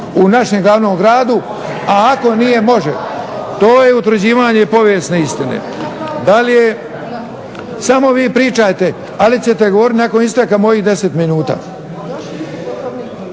u našem glavnom gradu, a ako nije može. … /Buka u dvorani./… To je utvrđivanje povijesne istine. Samo vi pričajte, ali ćete govorit nakon isteka mojih 10 minuta.